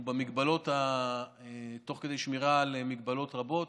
הוא תוך כדי שמירה על מגבלות רבות,